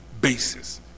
basis